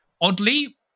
Oddly